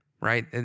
right